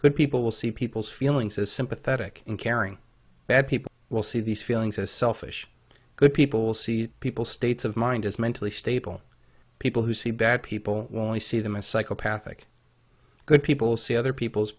good people see people's feelings as sympathetic and caring that people will see these feelings as selfish good people see people states of mind as mentally stable people who see bad people will only see them as psychopathic good people see other people's